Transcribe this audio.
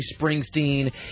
Springsteen